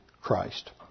Christ